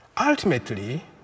Ultimately